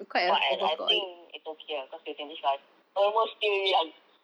but uh I think it's okay ah cause you twenty five almost still young